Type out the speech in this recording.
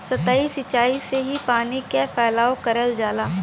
सतही सिचाई से ही पानी क फैलाव करल जाला